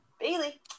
Bailey